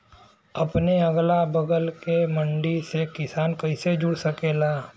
अपने अगला बगल के मंडी से किसान कइसे जुड़ सकेला?